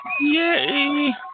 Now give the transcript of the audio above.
Yay